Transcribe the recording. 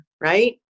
right